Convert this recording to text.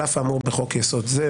על אף האמור בחוק-יסוד זה,